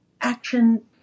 action